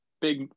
big